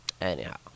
Anyhow